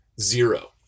zero